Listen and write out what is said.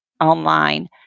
online